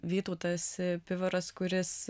vytautas pivoras kuris